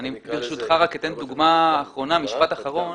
אני, ברשותך, רק אתן דוגמה אחרונה, משפט אחרון.